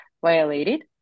violated